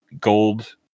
gold